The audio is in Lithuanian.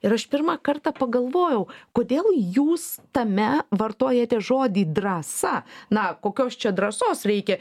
ir aš pirmą kartą pagalvojau kodėl jūs tame vartojate žodį drąsa na kokios čia drąsos reikia